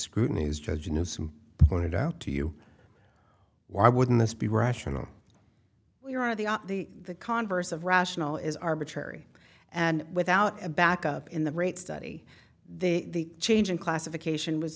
scrutinies judge a new some pointed out to you why wouldn't this be rational you're on the converse of rational is arbitrary and without a backup in the rate study the change in classification was